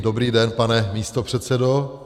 Dobrý den, pane místopředsedo.